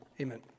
Amen